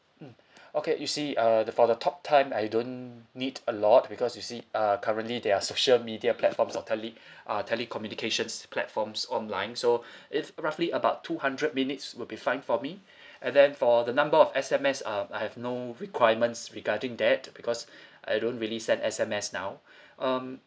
mm okay you see uh the for the talk time I don't need a lot because you see uh currently there are social media platforms of tale~ uh telecommunications platforms online so if roughly about two hundred minutes will be fine for me and then for the number of S_M_S um I have no requirements regarding that because I don't really send S_M_S now um